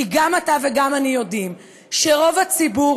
כי גם אתה וגם אני יודעים שרוב הציבור